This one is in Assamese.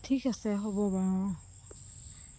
ঠিক আছে হ'ব বাৰু অঁ